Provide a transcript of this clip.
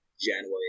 January